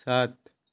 सात